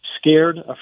scared